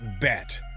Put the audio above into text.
bet